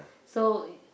so